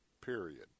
period